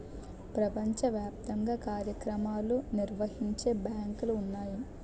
ప్రపంచ వ్యాప్తంగా కార్యక్రమాలు నిర్వహించే బ్యాంకులు ఉన్నాయి